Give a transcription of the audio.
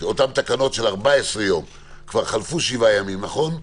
אותן תקנות של 14 יום, כבר חלפו שבעה ימים, נכון?